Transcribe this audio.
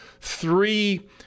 three